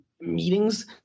meetings